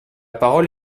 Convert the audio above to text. parole